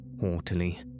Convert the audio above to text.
haughtily